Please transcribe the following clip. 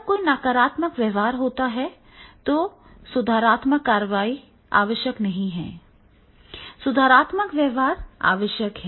जब भी कोई नकारात्मक व्यवहार होता है तो सुधारात्मक कार्रवाई आवश्यक नहीं है सुधारात्मक व्यवहार आवश्यक है